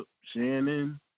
Shannon